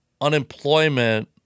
unemployment